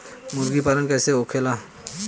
मुर्गी पालन कैसे होखेला?